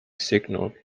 signalled